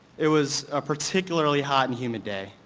it was a particularly hot and humid day,